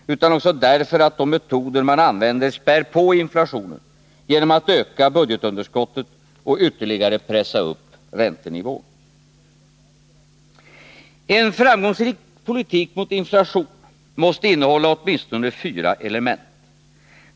Utan också därför att de metoder man använder späder på inflationen genom att öka budgetunderskottet och ytterligare pressa upp räntenivån. En framgångsrik politik mot inflationen måste innehålla åtminstone fyra element.